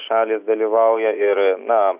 šalys dalyvauja ir na